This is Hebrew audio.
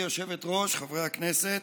גברתי היושבת-ראש, חברי הכנסת,